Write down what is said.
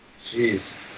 Jeez